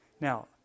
Now